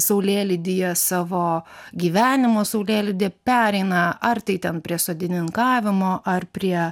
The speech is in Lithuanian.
saulėlydyje savo gyvenimo saulėlydyje pereina ar tai ten prie sodininkavimo ar prie